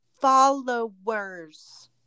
followers